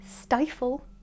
Stifle